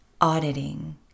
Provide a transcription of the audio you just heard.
auditing